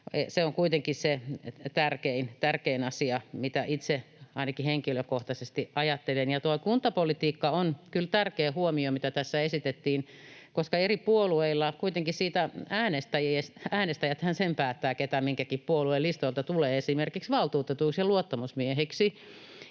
Se on kuitenkin tärkein asia, näin itse ainakin henkilökohtaisesti ajattelen. Ja tuo kuntapolitiikka on kyllä tärkeä huomio, mitä tässä esitettiin, koska äänestäjäthän sen päättävät, keitä minkäkin puolueen listoilta tulee esimerkiksi valtuutetuiksi ja luottamusmiehiksi.